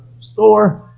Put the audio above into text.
store